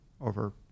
over